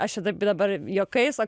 aš čia taip dabar juokais sakau